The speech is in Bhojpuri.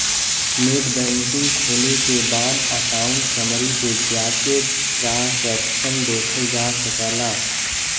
नेटबैंकिंग खोले के बाद अकाउंट समरी पे जाके ट्रांसैक्शन देखल जा सकला